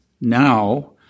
now